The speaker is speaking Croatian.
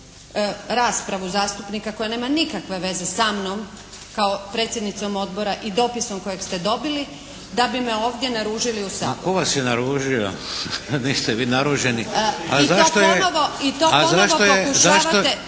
raspravu zastupnika koja nema nikakve veze sa mnom kao predsjednicom odbora i dopisom kojeg ste dobili, da bi me ovdje naružili u Saboru. **Šeks, Vladimir (HDZ)** Ma tko vas je naružio? Niste vi naruženi, a zašto … **Antunović,